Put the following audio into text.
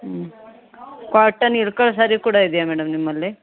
ಹ್ಞೂ ಕಾಟನ್ ಇಳ್ಕಲ್ ಸಾರಿ ಕೂಡ ಇದೆಯಾ ಮೇಡಮ್ ನಿಮ್ಮಲ್ಲಿ